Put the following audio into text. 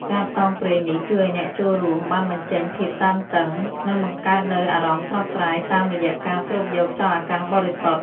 ការផ្សងព្រេងនេះជួយឱ្យអ្នកចូលរួមបានបញ្ចេញភាពតានតឹង និងបង្កើតនូវអារម្មណ៍ស្រស់ស្រាយតាមរយៈការស្រូបយកខ្យល់អាកាសបរិសុទ្ធ។